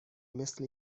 مثل